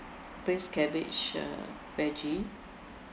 braised cabbage veggie